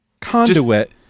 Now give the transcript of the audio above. conduit